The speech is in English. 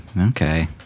Okay